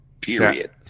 period